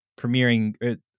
premiering